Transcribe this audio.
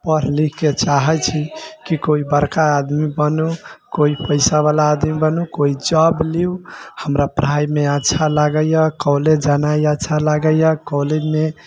पढ़ लिखिके चाहै छी कि कोइ बड़का आदमी बनु कोइ पैसावला आदमी बनु कोइ जॉब लिअ हमरा पढ़ाइमे अच्छा लागैए कॉलेज जानेमे अच्छा लागैए कॉलेजमे